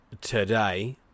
today